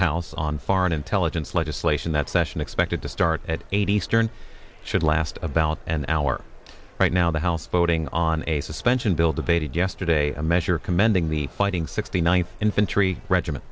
house on foreign intelligence legislation that session expected to start at eight eastern it should last about an hour right now the house voting on a suspension build evaded yesterday a measure commending the fighting sixty ninth infantry regiment